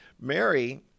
Mary